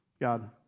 God